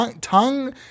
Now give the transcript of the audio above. tongue